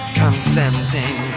consenting